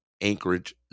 Anchorage